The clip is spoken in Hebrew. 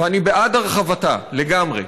ואני בעד הרחבתה, לגמרי.